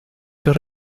got